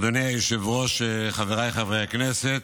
אדוני היושב-ראש, חבריי חברי הכנסת,